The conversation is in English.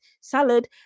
salad